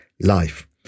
life